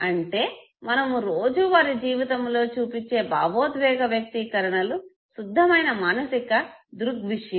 అంటే మనము రోజూ వారి జీవితములో చూపించే భావోద్వేగ వ్యక్తీకరణలు శుద్ధమైన మానసిక దృగ్విషయం